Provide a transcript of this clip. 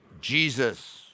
Jesus